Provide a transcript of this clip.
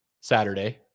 Saturday